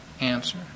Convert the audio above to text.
answer